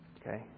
Okay